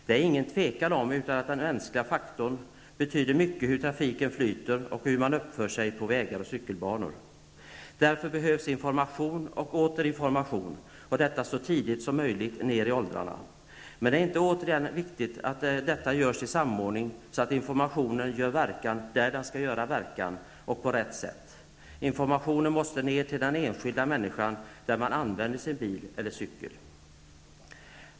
Det råder inget tvivel om att den ''mänskliga'' faktorn har stor betydelse för hur trafiken flyter och för hur man uppför sig på vägar och cykelbanor. Därför behövs det information och åter information, och detta så långt ner i åldrarna som möjligt. Återigen vill jag säga att det är viktigt att detta görs i samordning, så att informationen får verkan där den skall ha verkan. Dessutom skall det vara på rätt sätt. Informationen måste nå ner till den enskilda människan, som ju använder bilen eller cykeln.